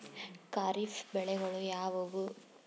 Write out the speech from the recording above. ಖಾರಿಫ್ ಬೆಳೆಗಳು ಯಾವುವು?